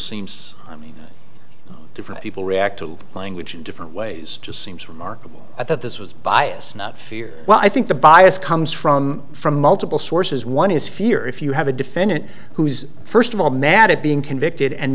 seems to me different people react to language in different ways just seems remarkable at this was biased not fear well i think the bias comes from from multiple sources one is fear if you have a defendant who's first of all mad at being convicted and